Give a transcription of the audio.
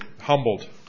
humbled